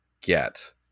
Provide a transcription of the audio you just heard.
get